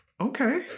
Okay